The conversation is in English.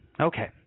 Okay